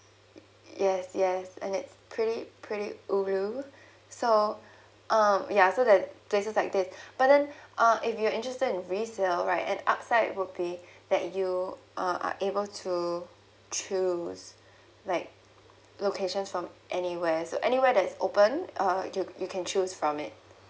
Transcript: yes yes and it's pretty pretty ulu so um ya so there's places like this but then uh if you are interested in resale an upside would be that you uh are able to choose like locations from anywhere so anywhere that's open uh you you can choose from it